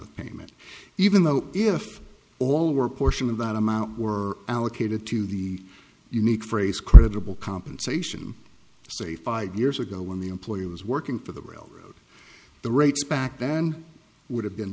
of payment even though if all were portion of that amount were allocated to the unique phrase credible compensation say five years ago when the employee was working for the railroad the rates back then would have been